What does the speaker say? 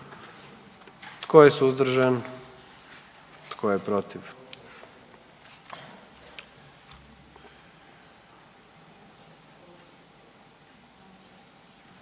Tko je suzdržan? I tko je protiv?